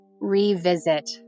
revisit